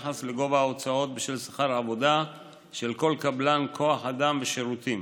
ביחס לגובה ההוצאות בשל שכר עבודה של כל קבלן כוח אדם ושירותים.